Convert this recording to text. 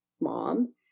mom